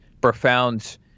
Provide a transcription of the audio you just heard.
profound